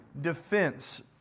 defense